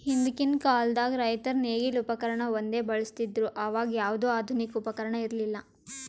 ಹಿಂದಕ್ಕಿನ್ ಕಾಲದಾಗ್ ರೈತರ್ ನೇಗಿಲ್ ಉಪಕರ್ಣ ಒಂದೇ ಬಳಸ್ತಿದ್ರು ಅವಾಗ ಯಾವ್ದು ಆಧುನಿಕ್ ಉಪಕರ್ಣ ಇರ್ಲಿಲ್ಲಾ